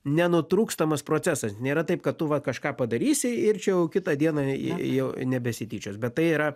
nenutrūkstamas procesas nėra taip kad tu va kažką padarysi ir čia jau kitą dieną jau nebesityčios bet tai yra